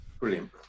brilliant